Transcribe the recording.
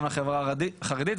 גם לחברה החרדית,